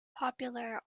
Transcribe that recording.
popular